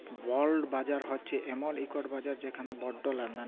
বল্ড বাজার হছে এমল ইকট বাজার যেখালে বল্ড লেলদেল হ্যয়